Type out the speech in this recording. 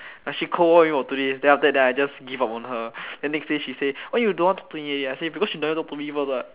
she cold war with me for two days then after that I just give up on her then next day she say why you don't want talk to me already I say because she never talk to me first what